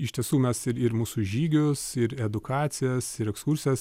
iš tiesų mes ir ir mūsų žygius ir edukacijas ir ekskursijas